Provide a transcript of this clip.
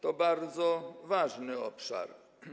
To bardzo ważny obszar.